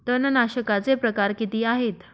तणनाशकाचे प्रकार किती आहेत?